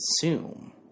consume